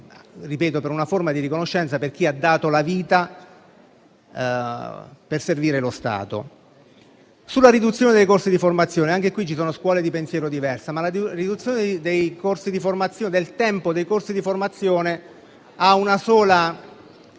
per una forma di riconoscenza a chi ha dato la vita per servire lo Stato. Sulla riduzione dei corsi di formazione, ci sono scuole di pensiero diverse, ma la riduzione del tempo dei corsi di formazione ha il solo